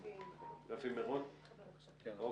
תעלו את רפי מירון, בבקשה.